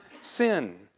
sin